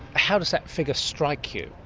how does that figure strike you?